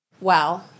Wow